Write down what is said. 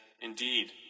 indeed